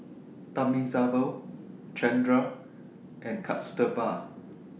Thamizhavel Chandra and Kasturba